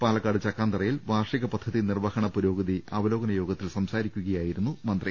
പാലക്കാട് ചക്കാംതറയിൽ വാർഷിക പദ്ധതി നിർവഹണ പുരോഗതി അവലോകന യോഗത്തിൽ സംസാ രിക്കുകയായിരുന്നു മന്ത്രി